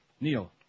Neil